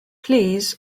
plîs